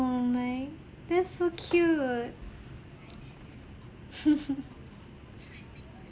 oh my that's so cute